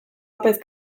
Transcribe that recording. apaiz